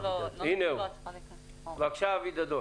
בבקשה.